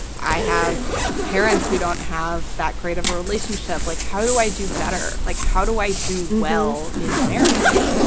i have parents who don't have that great of a relationship. like, how do i do better? like, how do i do well in marriage?